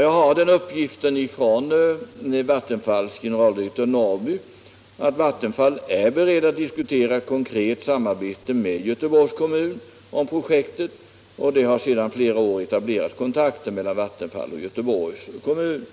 Jag har från Vattenfalls generaldirektör Norrby fått den uppgiften att Vattenfall är berett att diskutera ett konkret samarbete med Göteborgs kommun om projektet. Kontakter är sedan flera år etablerade mellan Vattenfall och Göteborgs kommun.